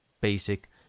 basic